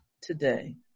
today